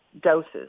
doses